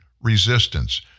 resistance